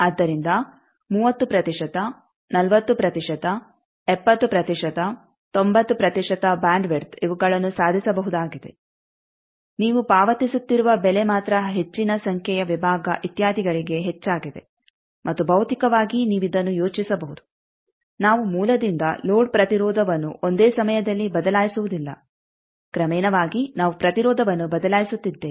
ಆದ್ದರಿಂದ 30 ಪ್ರತಿಶತ 40 ಪ್ರತಿಶತ 70 ಪ್ರತಿಶತ 90 ಪ್ರತಿಶತ ಬ್ಯಾಂಡ್ ವಿಡ್ತ್ ಇವುಗಳನ್ನು ಸಾಧಿಸಬಹುದಾಗಿದೆ ನೀವು ಪಾವತಿಸುತ್ತಿರುವ ಬೆಲೆ ಮಾತ್ರ ಹೆಚ್ಚಿನ ಸಂಖ್ಯೆಯ ವಿಭಾಗ ಇತ್ಯಾದಿಗಳಿಗೆ ಹೆಚ್ಚಾಗಿದೆ ಮತ್ತು ಭೌತಿಕವಾಗಿ ನೀವು ಇದನ್ನು ಯೋಚಿಸಬಹುದು ನಾವು ಮೂಲದಿಂದ ಲೋಡ್ ಪ್ರತಿರೋಧವನ್ನು ಒಂದೇ ಸಮಯದಲ್ಲಿ ಬದಲಾಯಿಸುವುದಿಲ್ಲ ಕ್ರಮೇಣವಾಗಿ ನಾವು ಪ್ರತಿರೋಧವನ್ನು ಬದಲಾಯಿಸುತ್ತಿದ್ದೇವೆ